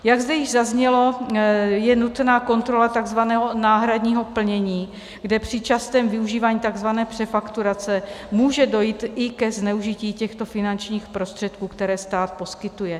Jak zde již zaznělo, je nutná kontrola takzvaného náhradního plnění, kde při častém využívání takzvané přefakturace může dojít i ke zneužití těchto finančních prostředků, které stát poskytuje.